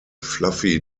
fluffy